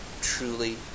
truly